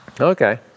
Okay